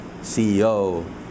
CEO